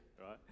right